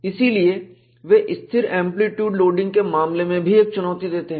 इसलिए वे स्थिर एंप्लीट्यूड लोडिंग के मामले में भी एक चुनौती देते हैं